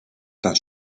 das